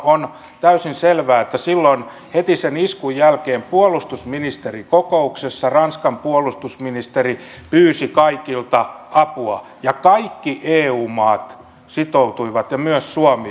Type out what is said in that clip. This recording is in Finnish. on täysin selvää että heti sen iskun jälkeen puolustusministerikokouksessa ranskan puolustusministeri pyysi kaikilta apua ja kaikki eu maat sitoutuivat myös suomi auttamaan